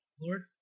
Lord